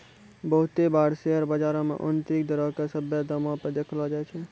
बहुते बार शेयर बजारो मे आन्तरिक दरो के सभ्भे दामो पे देखैलो जाय छै